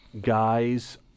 guys